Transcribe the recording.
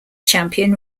champion